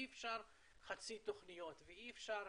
אי אפשר חצי תוכניות ואי אפשר